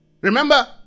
Remember